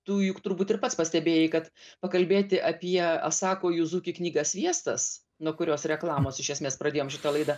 tu juk turbūt ir pats pastebėjai kad pakalbėti apie asako juzuki knygą sviestas nuo kurios reklamos iš esmės pradėjom šitą laidą